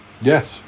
yes